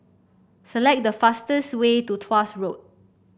select the fastest way to Tuas Road